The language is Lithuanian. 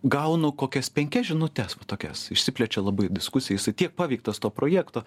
gaunu kokias penkias žinutes va tokias išsiplečia labai diskusija jisai tiek paveiktas to projekto